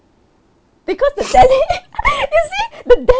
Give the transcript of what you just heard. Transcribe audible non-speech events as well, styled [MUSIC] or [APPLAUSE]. because the daddy [LAUGHS] you see the dad~